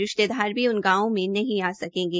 रिश्तेदार भी उन गांवों में नहीं आ सकेंगे